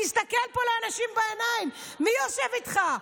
תסתכל פה לאנשים בעיניים, מי יושב איתך?